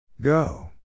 Go